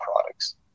products